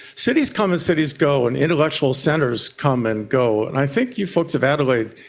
cities come and cities go, and intellectual centres come and go, and i think you folks of adelaide,